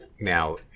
now